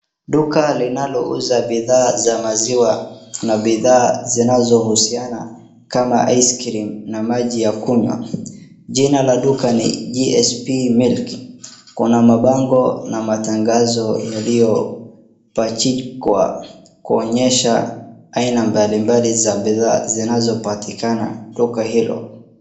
Duka linalouza bidhaa za maziwa na bidhaa zinazohusiana kama [csice cream na maji ya kunywa. Jina la duka ni GSP milk , kuna mabango na matangazo yaliyopachikwa kuonyesha aina mbalimbali za bidhaa zinazopatikana duka hilo.